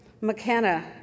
McKenna